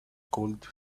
called